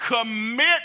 commit